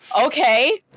okay